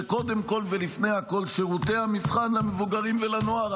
קודם כול ולפני הכול: שירותי המבחן למבוגרים ולנוער.